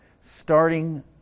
Starting